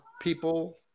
people